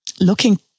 looking